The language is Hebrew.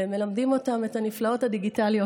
והם מלמדים אותם את הנפלאות הדיגיטליות